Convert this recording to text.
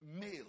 male